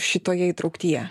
šitoje įtrauktyje